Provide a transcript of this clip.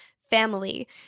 family